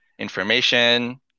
information